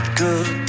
good